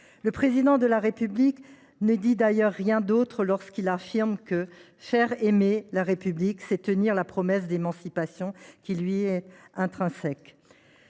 Le Président de la République ne dit d’ailleurs rien d’autre lorsqu’il affirme que « faire aimer la République, c’est tenir la promesse d’émancipation qui lui est intrinsèque ».